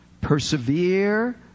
persevere